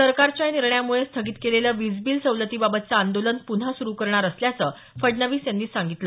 सरकारच्या या निर्णयामुळे स्थगित केलेलं वीज बिल सवलतीबाबतच आंदोलन पुन्हा सुरू करणार असल्याचं फडणवीस यांनी सांगितलं